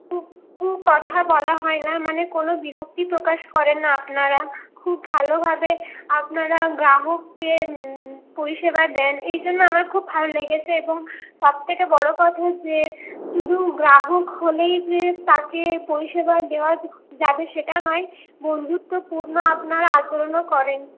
কু কু কথা বলা হয় না মানে কোনো বিরক্তি প্রকাশ করেন না আপনারা খুব ভালোভাবে আপনারা গ্রাহককে পরিষেবা দেন এই জন্য আমার খুব ভালো লেগেছে এবং সবথেকে বড় কথা যে শুধু গ্রাহক হলেই যে তাকে পরিষেবা দেওয়া যাবে সেটা নয় বন্ধুত্বপূর্ণ আপনারা আচরণও করেন